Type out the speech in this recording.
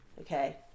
okay